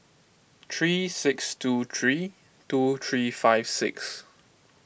three six two three two three five six